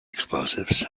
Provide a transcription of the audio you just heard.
explosives